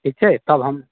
ठीक छै तब हम